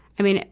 i mean,